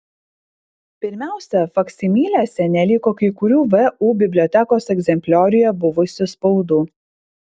pirmiausia faksimilėse neliko kai kurių vu bibliotekos egzemplioriuje buvusių spaudų